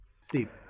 Steve